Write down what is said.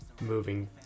moving